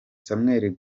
samuel